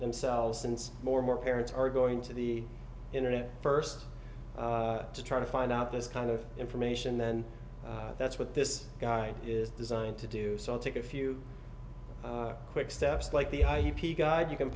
themselves since more more parents are going to the internet first to try to find out this kind of information then that's what this guy is designed to do so i'll take a few quick steps like the ip guide you can